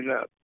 up